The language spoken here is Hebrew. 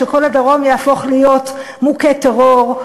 שכל הדרום יהפוך להיות מוכה טרור.